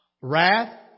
wrath